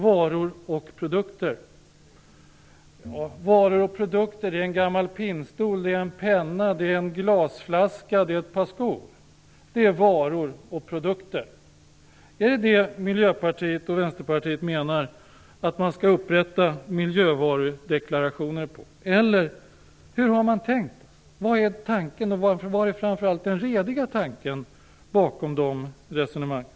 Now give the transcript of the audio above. Varor och produkter; det är en gammal pinnstol, en penna, en glasflaska och ett par skor. Är det det Miljöpartiet och Vänsterpartiet menar att man skall upprätta miljövarudeklarationer för? Hur har man tänkt? Vad är tanken, och var är framför allt den rediga tanken bakom de resonemangen?